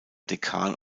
dekan